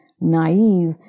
naive